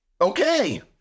Okay